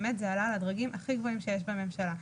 באמת זה עלה לדרגים הכי גבוהים שיש בממשלה.